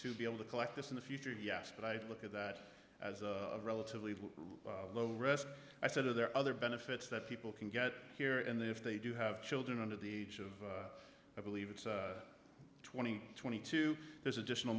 to be able to collect this in the future yes but i'd look at that as a relatively low risk i said are there other benefits that people can get here in the if they do have children under the age of i believe it's twenty twenty two there's additional